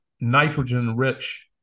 nitrogen-rich